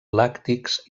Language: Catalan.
làctics